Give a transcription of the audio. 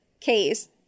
case